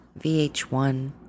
VH1